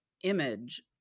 image